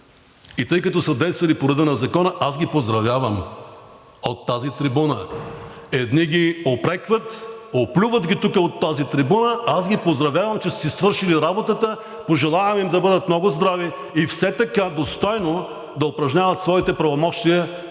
Тъй като са действали по реда на Закона, аз ги поздравявам от тази трибуна. Едни ги упрекват, оплюват ги тук от тази трибуна, аз ги поздравявам, че са си свършили работата. Пожелавам им да бъдат много здрави и все така достойно да упражняват своите пълномощия